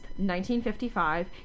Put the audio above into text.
1955